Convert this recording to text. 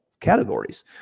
categories